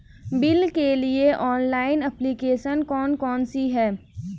Bill के लिए online application कौन कौन सी हैं?